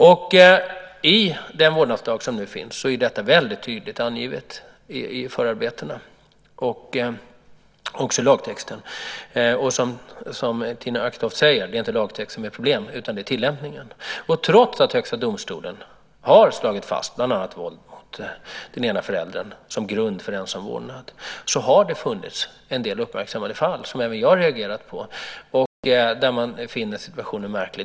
Med den vårdnadslag som nu finns är detta väldigt tydligt angivet i förarbetena och också i lagtexten. Som Tina Acketoft säger är det inte lagtexten det är problem med, utan det är tillämpningen. Trots att Högsta domstolen har slagit fast bland annat att våld mot den ena föräldern är grund för ensam vårdnad har det funnits en del uppmärksammade fall som även jag reagerat på där man finner situationen märklig.